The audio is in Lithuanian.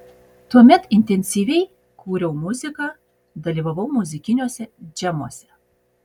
tuomet intensyviai kūriau muziką dalyvavau muzikiniuose džemuose